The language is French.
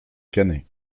cannet